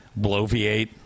bloviate